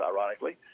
ironically